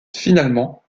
finalement